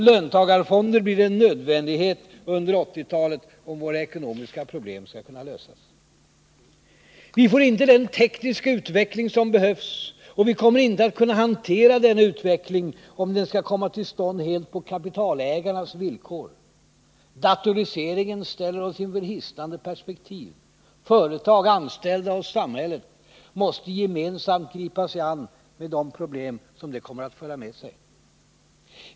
Löntagarfonder blir en nödvändighet under 1980-talet om våra ekonomiska problem skall kunna lösas. Vi får inte den tekniska utveckling som behövs, och vi kommer inte att kunna hantera denna utveckling, om den skall komma till stånd helt på kapitalägarnas villkor. Datoriseringen ställer oss inför hisnande perspektiv. Företag, anställda och samhället måste gemensamt gripa sig an de problem den kommer att föra med sig.